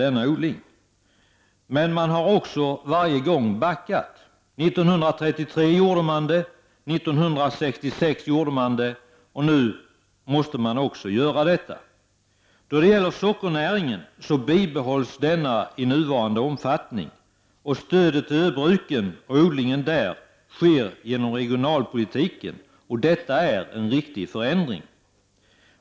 Varje gång har man backat. År 1933 gjorde man det, 1966 gjorde man det och även nu måste man göra det. Sockernäringen skall bibehålla sin nuvarande omfattning, och stödet till öbruken och odlingen där sker genom regionalpolitiken. Detta är en riktig förändring.